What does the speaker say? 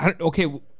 okay